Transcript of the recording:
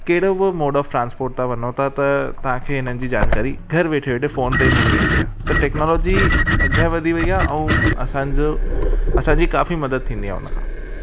कहिड़ो बि mode of transport तां वञो त तव्हां खे इन्हनि जी जानकारी घर वेठे वेठे फ़ून ते ई मिली वेंदी आहे त टैक्नोलॉजी अॻियां वधी वई आहे ऐं असांजो असांजी काफ़ी मदद थींदी आहे उन खां